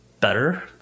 better